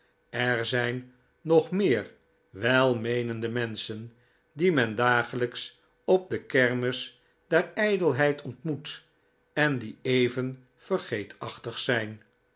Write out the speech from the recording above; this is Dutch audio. er zijn nog meer welmeenende menschen die men dagelijks op de kermis der ijdelheid ontmoet en die even vergeetachtig zijn